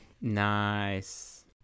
Nice